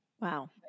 wow